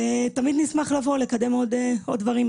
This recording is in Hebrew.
ותמיד נשמח לבוא ולקדם עוד דברים.